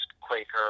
Quaker